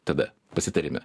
tada pasitarime